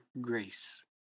grace